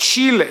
צ'ילה,